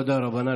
תודה רבה.